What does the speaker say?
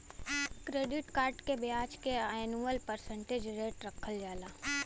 credit cards के ब्याज के एनुअल परसेंटेज रेट रखल जाला